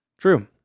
True